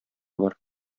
бар